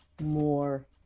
more